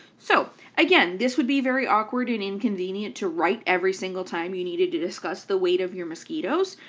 so again, this would be very awkward and inconvenient to write every single time you needed to discuss the weight of your mosquitoes,